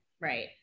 right